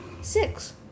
Six